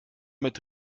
mit